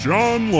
John